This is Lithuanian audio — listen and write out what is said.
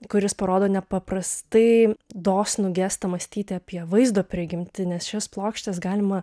kuris parodo nepaprastai dosnų gestą mąstyti apie vaizdo prigimtį nes šias plokštes galima